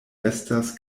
estas